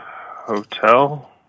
hotel